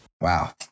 Wow